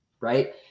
right